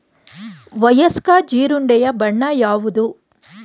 ವಯಸ್ಕ ಜೀರುಂಡೆಯ ಬಣ್ಣ ಯಾವುದು?